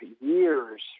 years